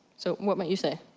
so, what might you say?